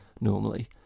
normally